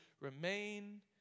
remain